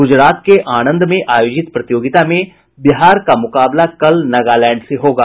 गुजरात के आनंद में आयोजित प्रतियोगिता में बिहार का मुकाबला कल नगालैंड से होगा